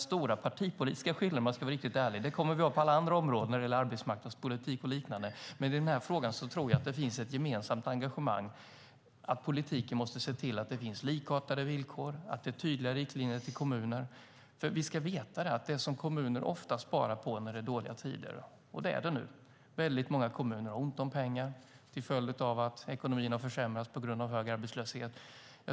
Stora partipolitiska skillnader kommer vi att ha på alla andra områden när det gäller arbetsmarknadspolitik och liknande, men i denna fråga tror jag att det finns ett gemensamt engagemang för att politiken måste se till att det finns likartade villkor och tydliga riktlinjer till kommuner. Kommuner sparar ofta på detta när det är dåliga tider, vilket det är nu. Många kommuner har ont om pengar till följd av att ekonomin har försämrats på grund av hög arbetslöshet.